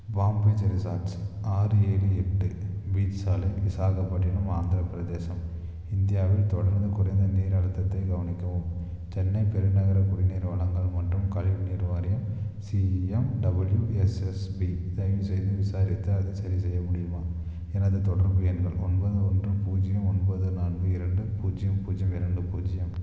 bomb beach resorts ஆறு ஏழு எட்டு பீச் சாலை விசாகப்பட்டினம் ஆந்திரப் பிரதேசம் இந்தியாவில் தொடர்ந்து குறைந்த நீர் அழுத்தத்தைக் கவனிக்கவும் சென்னை பெருநகர குடிநீர் வழங்கல் மற்றும் கழிவுநீர் வாரியம் சிஎம்டபள்யூஎஸ்எஸ்பி தயவு செய்து விசாரித்து அதை சரி செய்ய முடியுமா எனது தொடர்பு எண்கள் ஒன்பது ஒன்று பூஜ்ஜியம் ஒன்பது நான்கு இரண்டு பூஜ்ஜியம் பூஜ்ஜியம் இரண்டு பூஜ்ஜியம்